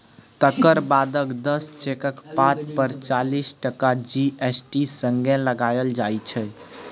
तकर बादक दस चेकक पात पर चालीस टका जी.एस.टी संगे लगाएल जाइ छै